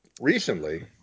Recently